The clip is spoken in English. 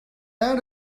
out